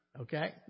Okay